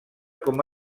com